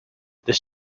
this